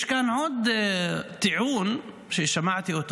יש עוד טיעון ששמעתי: